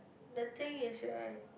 the thing is right